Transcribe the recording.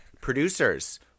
Producers